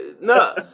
no